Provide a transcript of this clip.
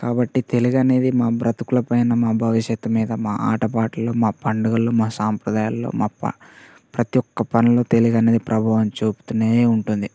కాబట్టి తెలుగు అనేది మా బ్రతుకులపైన మా భవిష్యత్తు మీద మా ఆటపాటలు మా పండుగలు మా సాంప్రదాయాల్లో మా ప్రతీఒక్క పనుల్లో తెలుగనేది ప్రభావం చూపుతూనే ఉంటుంది